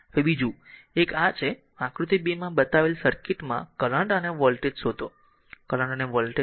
હવે બીજું એક આ છે આકૃતિ 2 માં બતાવેલ સર્કિટમાં કરંટ અને વોલ્ટેજ શોધો કરંટ અને વોલ્ટેજ શોધો